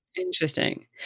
Interesting